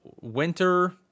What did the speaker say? winter